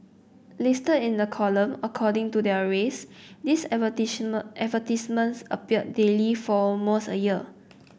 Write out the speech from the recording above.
listed in a column according to their race these advertisements appeared daily for almost a year